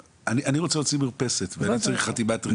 אני רוצה להוציא מרפסת, מה אני צריך לעשות?